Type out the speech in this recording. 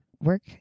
work